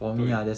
mm